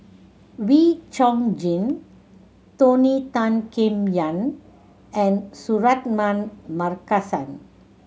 Wee Chong Jin Tony Tan Keng Yam and Suratman Markasan